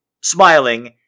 Smiling